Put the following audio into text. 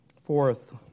Fourth